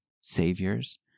saviors